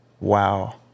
Wow